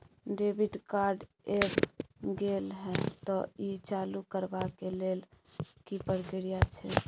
Debit card ऐब गेल हैं त ई चालू करबा के लेल की प्रक्रिया छै?